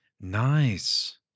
Nice